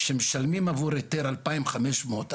שמשלמים עבור היתר אלפיים חמש מאות,